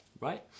right